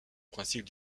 principe